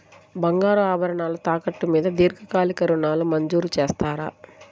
బంగారు ఆభరణాలు తాకట్టు మీద దీర్ఘకాలిక ఋణాలు మంజూరు చేస్తారా?